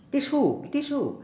teach who you teach who